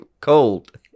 cold